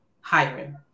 hiring